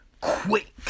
quick